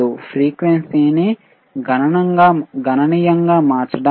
ఫ్రీక్వెన్సీని గణనీయంగా మార్చడానికి